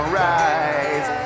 rise